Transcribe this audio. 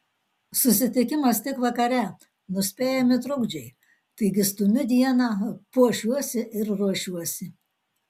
susitikimas tik vakare nuspėjami trukdžiai taigi stumiu dieną puošiuosi ir ruošiuosi